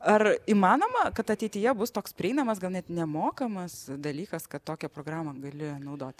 ar įmanoma kad ateityje bus toks prieinamas gal net nemokamas dalykas kad tokią programą gali naudoti